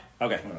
Okay